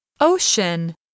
Ocean